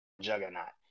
juggernaut